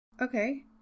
Okay